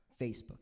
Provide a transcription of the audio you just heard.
Facebook